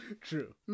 True